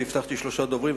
והבטחתי שלושה דוברים,